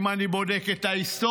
אם אני בודק את ההיסטוריה,